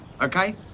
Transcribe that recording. okay